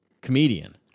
comedian